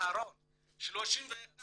ש-31